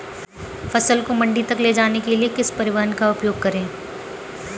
फसल को मंडी तक ले जाने के लिए किस परिवहन का उपयोग करें?